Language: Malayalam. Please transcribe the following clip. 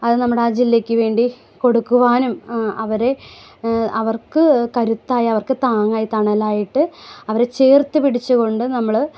അത് നമ്മുടെ ആ ജില്ലയ്ക്ക് വേണ്ടി കൊടുക്കുവാനും അവരെ അവർക്ക് കരുത്തായി അവർക്ക് താങ്ങായി തണലായിട്ട് അവരെ ചേർത്ത് പിടിച്ചുകൊണ്ട് നമ്മൾ